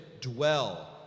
dwell